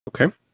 Okay